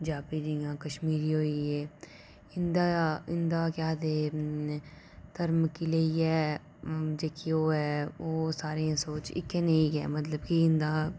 जां भी जियां कश्मीरी होइयै इंदा इंदा केह् आ गी लेइयै जेह्कियां ओह् ऐ ओह् सारें दी सोच इक्कै नेही ऐ मतलब कि इंदा